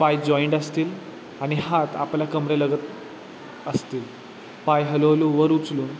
पाय जॉईंट असतील आणि हात आपल्याला कंबरेलगत असतील पाय हळूहळू वर उचलून